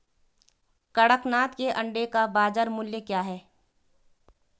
कड़कनाथ के अंडे का बाज़ार मूल्य क्या है?